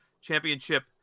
Championship